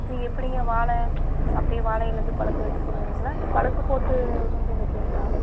அது எப்படிங்க வாழை அப்படி வாழைல இருந்து பழுக்க வெச்சதுன்னுவிங்களா இல்லை பழுக்கப்போட்டு கொண்டு வந்து வைப்பிங்களா